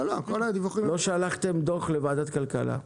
לא שלחתם דוח לוועדת הכלכלה.